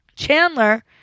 Chandler